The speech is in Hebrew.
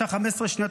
יש לי 15 שניות,